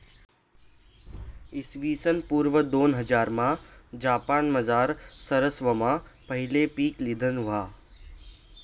इसवीसन पूर्व दोनहजारमा जपानमझार सरवासमा पहिले पीक लिधं व्हतं